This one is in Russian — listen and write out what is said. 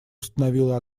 установила